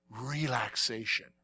relaxation